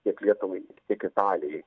tiek lietuvai tiek italijai